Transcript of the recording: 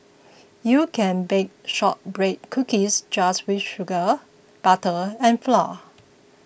you can bake Shortbread Cookies just with sugar butter and flour